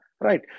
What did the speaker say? right